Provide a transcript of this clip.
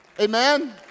Amen